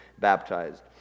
baptized